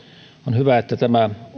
hyvä että tämä